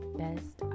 best